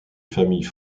familles